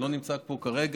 הוא לא נמצא פה כרגע.